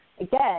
again